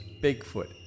Bigfoot